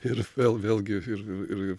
ir vėl vėlgi ir ir